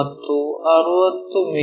ಮತ್ತು 60 ಮಿ